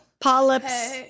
Polyps